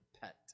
pet